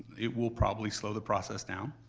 it will probably slow the process down